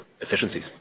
efficiencies